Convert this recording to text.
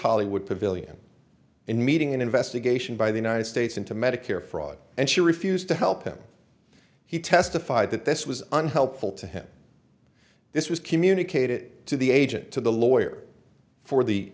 hollywood pavillion in meeting an investigation by the united states into medicare fraud and she refused to help him he testified that this was unhelpful to him this was communicated to the agent to the lawyer for the